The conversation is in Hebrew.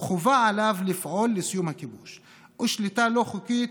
וחובה עליו לפעול לסיום הכיבוש ושליטה לא חוקית